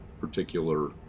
particular